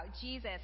Jesus